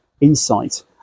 insight